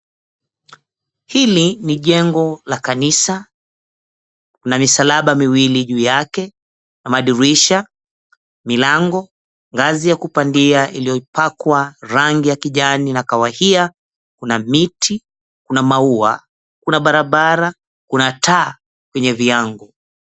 Hili ni jengo la kanisa, na misalaba miwili juu yake, na madirisha, milango, ngazi ya kupandia iliyopakwa rangi ya kijani na kahawia, kuna miti, kuna maua, kuna barabara, kuna taa kwenye viangu.